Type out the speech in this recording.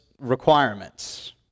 requirements